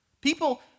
People